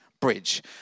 Bridge